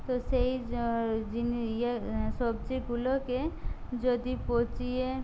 তো সেই য যিনি সবজিগুলোকে যদি পচিয়ে